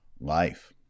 Life